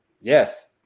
yes